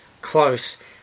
close